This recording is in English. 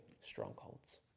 strongholds